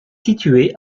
situé